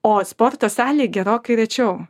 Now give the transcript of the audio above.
o sporto salėj gerokai rečiau